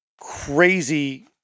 crazy